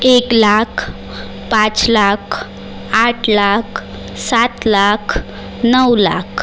एक लाख पाच लाख आठ लाख सात लाख नऊ लाख